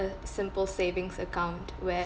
simple savings account where